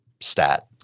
stat